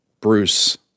Bruce